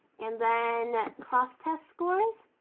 and then cross test scores,